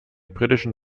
britischen